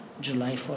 July